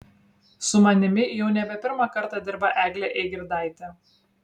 su manimi jau nebe pirmą kartą dirba eglė eigirdaitė